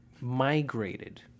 migrated